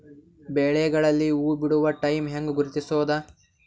ಬೆಳೆಗಳಲ್ಲಿ ಹೂಬಿಡುವ ಟೈಮ್ ಹೆಂಗ ಗುರುತಿಸೋದ?